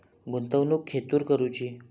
गुंतवणुक खेतुर करूची?